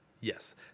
Yes